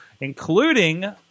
including